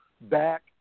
back